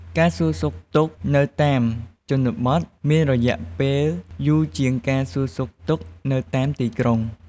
ការសួរសុខទុក្ខនៅតាមជនបទមានរយៈពេលយូរជាងការសួរសុខទុក្ខនៅតាមទីក្រុង។